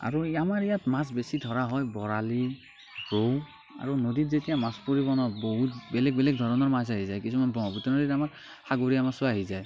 আৰু আমাৰ ইয়াত মাছ বেছি ধৰা হয় বৰালি ৰৌ আৰু নদীত যেতিয়া মাছ পৰিব ন বহুত বেলেগ বেলেগ ধৰণৰ মাছ আহি যায় কিছুমান ব্ৰহ্মপুত্ৰ নদীত আমাৰ সাগৰীয় মাছো আহি যায়